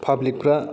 public फ्रा